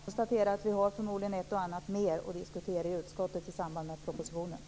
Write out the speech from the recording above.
Fru talman! Vi har förmodligen ett och annat mer att diskutera i utskottet i samband med behandlingen av propositionen.